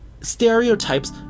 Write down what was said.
stereotypes